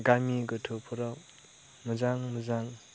गामि गोथौफोराव मोजां मोजां